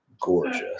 gorgeous